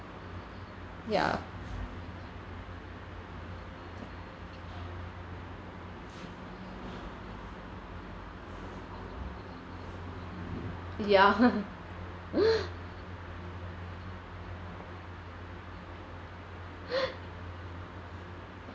ya ya